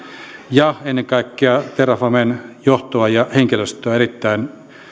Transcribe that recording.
ja ennen kaikkea terrafamen johtoa ja henkilöstöä erittäin